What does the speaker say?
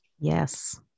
Yes